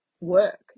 work